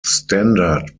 standard